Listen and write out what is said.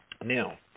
Now